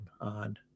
on